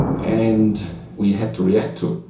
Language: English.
and we had to react to it.